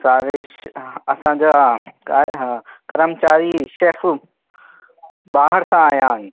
सारे असांजा क हा करमचारी शैफ़ ॿाहिरि सां आया आहिनि